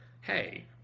hey